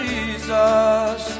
Jesus